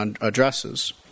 addresses